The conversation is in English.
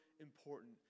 important